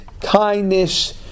kindness